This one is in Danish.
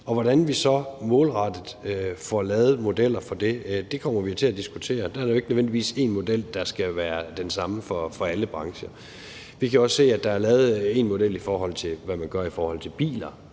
hvordan vi så målrettet får lavet modeller for det, kommer vi jo til at diskutere. Der er det jo ikke nødvendigvis en model, der skal være den samme for alle brancher. Vi kan også som et eksempel se, at der er lavet en model for bilerne.